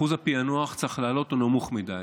אחוז הפיענוח צריך לעלות, הוא נמוך מדי.